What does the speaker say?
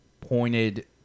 pointed